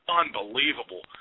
unbelievable